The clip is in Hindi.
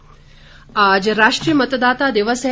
मतदाता दिवस आज राष्ट्रीय मतदाता दिवस है